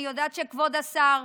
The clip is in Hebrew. אני יודעת שכבוד השר,